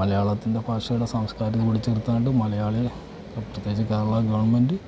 മലയാളത്തിൻ്റെ ഭാഷയുടെ സാംസ്കാരികം പിടിച്ച് നിർത്താണ്ട് മലയാളികൾ പ്രത്യേകിച്ച് കേരള ഗവൺമെൻറ്റ്